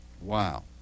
Wow